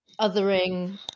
othering